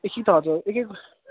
एकि त हजर एक एक